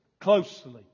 closely